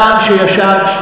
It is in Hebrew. אני דיברתי עם האדם שישב,